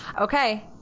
Okay